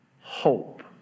hope